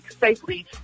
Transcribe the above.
safely